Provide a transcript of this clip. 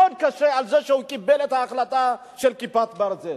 על זה שהוא קיבל את ההחלטה על "כיפת ברזל"